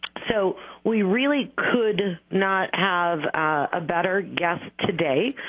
so we really could not have a better guest today.